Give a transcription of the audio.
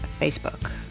Facebook